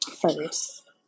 first